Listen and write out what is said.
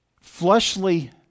fleshly